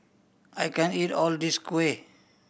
I can't eat all of this kuih